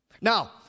now